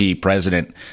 President